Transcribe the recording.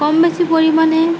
কম বেছি পৰিমাণে